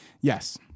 Yes